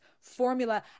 formula